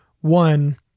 One